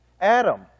Adam